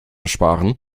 sparen